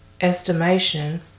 estimation